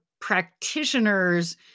practitioners